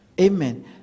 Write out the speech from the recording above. amen